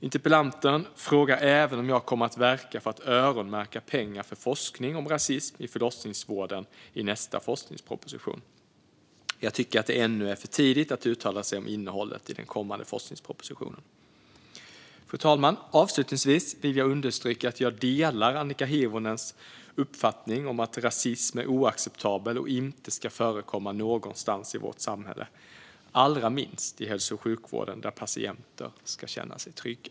Interpellanten frågar även om jag kommer att verka för att öronmärka pengar för forskning om rasism i förlossningsvården i nästa forskningsproposition. Jag tycker att det ännu är för tidigt att uttala sig om innehållet i den kommande forskningspropositionen. Avslutningsvis vill jag understryka att jag delar Annika Hirvonens uppfattning om att rasism är oacceptabel och inte ska förekomma någonstans i vårt samhälle - allra minst i hälso och sjukvården, där patienter ska känna sig trygga.